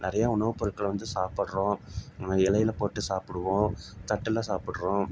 நிறையா உணவுப் பொருட்களை வந்து சாப்புடுறோம் இலையில போட்டு சாப்பிடுவோம் தட்டில் சாப்புடுறோம்